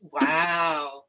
Wow